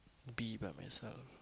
be by myself